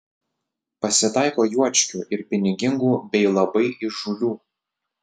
pasitaiko juočkių ir pinigingų bei labai įžūlių